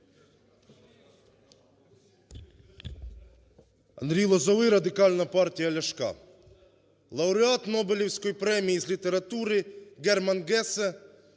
Андрій Лозовий, Радикальна партія Ляшка. Лауреат Нобелівської премії з літератури Герман Гессе